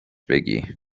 بگی